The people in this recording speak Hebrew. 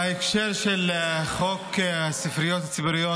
בהמשך לחוק הספריות הציבוריות,